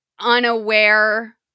unaware